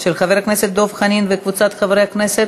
של חבר הכנסת דב חנין וקבוצת חברי הכנסת.